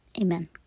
Amen